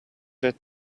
that